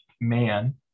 man